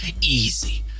easy